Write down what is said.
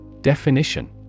Definition